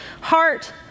heart